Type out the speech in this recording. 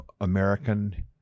American